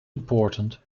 important